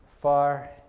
far